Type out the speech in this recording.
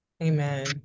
Amen